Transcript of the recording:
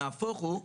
נהפוך הוא,